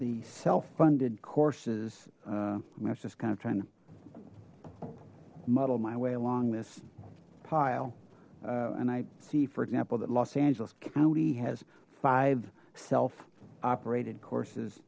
the self funded courses that's just kind of trying to muddle my way along this pile and i see for example that los angeles county has five self operated courses